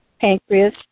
pancreas